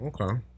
Okay